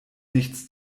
nichts